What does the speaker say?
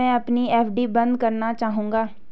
मैं अपनी एफ.डी बंद करना चाहूंगा